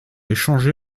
échangé